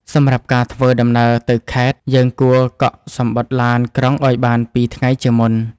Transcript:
សម្រាប់ការធ្វើដំណើរទៅខេត្ត យើងគួរកក់សំបុត្រឡានក្រុងឱ្យបាន ២ ថ្ងៃជាមុន។